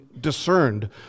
discerned